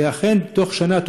ובתוך שנה,